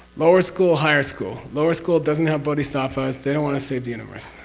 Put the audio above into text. lower school, higher school. lower school doesn't have bodhisattvas. they don't want to save the universe.